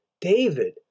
David